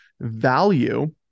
value